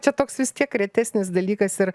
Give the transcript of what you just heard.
čia toks vis tiek retesnis dalykas ir